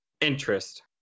interest